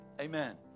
Amen